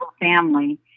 family